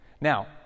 Now